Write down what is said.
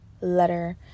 letter